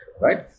right